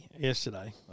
yesterday